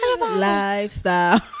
lifestyle